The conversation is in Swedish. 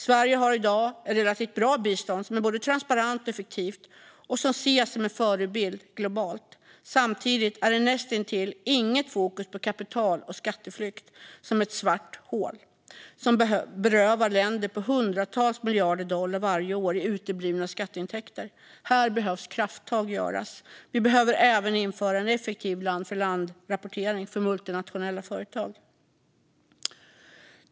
Sverige har i dag ett relativt bra bistånd som är både transparent och effektivt och ses som en förebild globalt. Samtidigt är det näst intill inget fokus på kapital och skatteflykt som ett svart hål som varje år berövar länder hundratals miljarder dollar i uteblivna skatteintäkter. Här behöver krafttag göras. Vi behöver även införa en effektiv land-för-land-rapportering för multinationella företag.